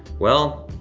well,